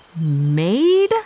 made